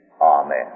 amen